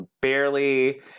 barely